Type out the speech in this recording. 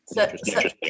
Interesting